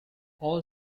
all